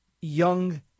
young